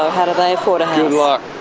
though, how do they afford a house?